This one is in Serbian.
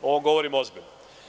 Ovo govorim ozbiljno.